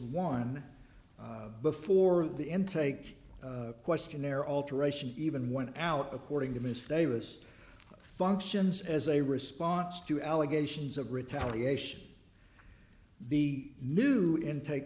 one before the intake questionnaire alteration even went out according to mr davis functions as a response to allegations of retaliation the new intake